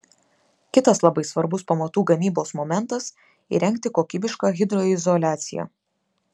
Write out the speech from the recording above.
kitas labai svarbus pamatų gamybos momentas įrengti kokybišką hidroizoliaciją